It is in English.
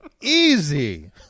easy